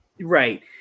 right